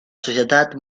societat